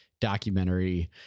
documentary